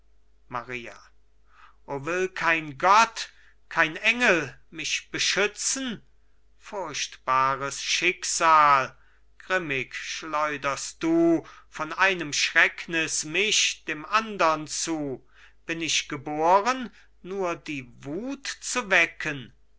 maria o will kein gott kein engel mich beschützen furchtbares schicksal grimmig schleuderst du von einem schrecknis mich dem andern zu bin ich geboren nur die wut zu wecken